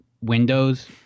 windows